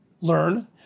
learn